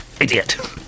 Idiot